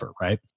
right